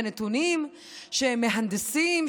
בנתונים שהם מהנדסים,